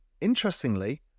interestingly